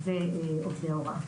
החינוך ועובדי ההוראה.